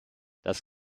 das